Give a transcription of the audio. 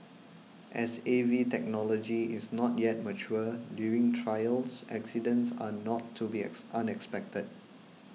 as A V technology is not yet mature during trials accidents are not to be X unexpected